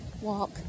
walk